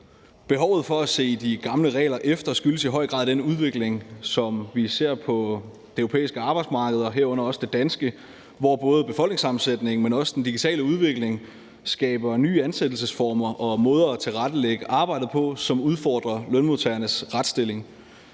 Behovet for at se de gamle regler efter skyldes i høj grad den udvikling, som vi ser på det europæiske arbejdsmarked, herunder det danske, hvor både befolkningssammensætningen, men også den digitale udvikling skaber nye ansættelsesformer og måder at tilrettelægge arbejdet på, som udfordrer lønmodtagernes retsstilling.